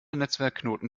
netzwerkknoten